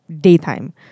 daytime